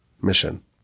mission